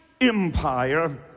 Empire